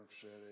City